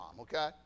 okay